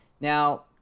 Now